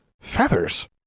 Feathers